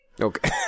Okay